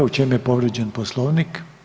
U čem je povrijeđen Poslovnik?